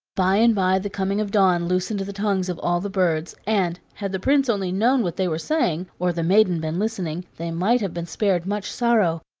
by and by the coming of dawn loosened the tongues of all the birds, and, had the prince only known what they were saying, or the maiden been listening, they might have been spared much sorrow,